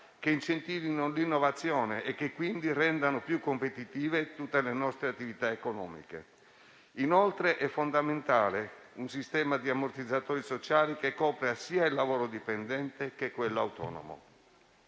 che incentivino l'innovazione e che quindi rendano più competitive tutte le nostre attività economiche. Inoltre, è fondamentale un sistema di ammortizzatori sociali che copra sia il lavoro dipendente che quello autonomo.